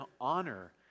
honor